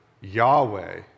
Yahweh